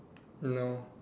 no